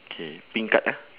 K pink card ah